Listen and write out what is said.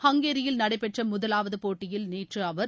ஹங்கேரியில் நடைபெற்ற முதலாவது போட்டியில் நேற்று அவர்